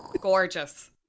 Gorgeous